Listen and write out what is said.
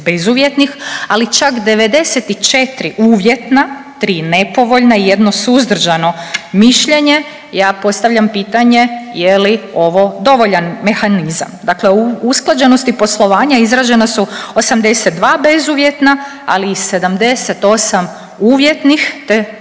ali čak 94 uvjetna, 3 nepovoljna i 1 suzdržano mišljenje, ja postavljam pitanje je li ovo dovoljan mehanizam. Dakle, o usklađenosti poslovanja izražena su 82 bezuvjetna, ali i 78 uvjetnih te 3